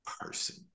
person